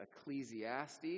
Ecclesiastes